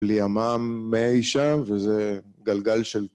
לימאם מאישם וזה גלגל של...